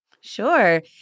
Sure